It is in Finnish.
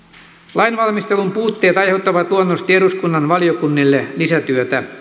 lainvalmistelun puutteet aiheuttavat luonnollisesti eduskunnan valiokunnille lisätyötä